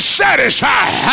satisfied